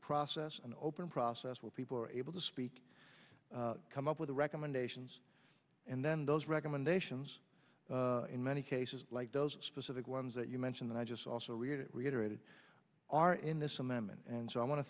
process an open process where people are able to speak come up with the recommendations and then those recommendations in many cases like those specific ones that you mention that i just also read it reiterated are in this amendment and so i want to